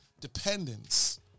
dependence